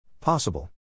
Possible